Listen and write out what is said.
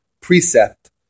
precept